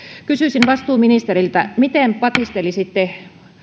kysyisin vastuuministeriltä miten patistelisitte